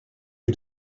you